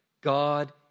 God